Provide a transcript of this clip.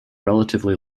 relatively